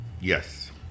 Yes